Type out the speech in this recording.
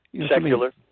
secular